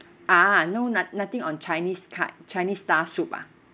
ah no noth~ nothing on chinese sty~ chinese style soup ah